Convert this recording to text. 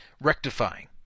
rectifying